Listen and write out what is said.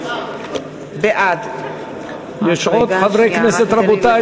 בעד יש עוד חברי כנסת,